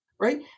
right